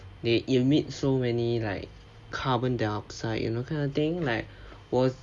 they emit so many like carbon dioxide you know kind of thing like 我